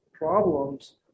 problems